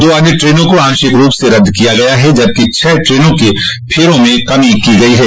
दो अन्य ट्रेनों को आंशिक रूप से रद्द किया गया है जबकि छह ट्रेनों के फेरों में कमी की गई है